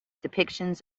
depictions